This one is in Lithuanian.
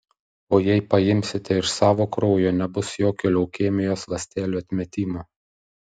o jei paimsite iš savo kraujo nebus jokio leukemijos ląstelių atmetimo